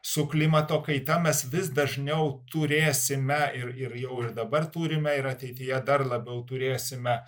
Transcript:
su klimato kaita mes vis dažniau turėsime ir ir jau ir dabar turime ir ateityje dar labiau turėsime